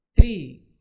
three